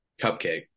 Cupcake